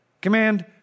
Command